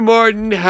Martin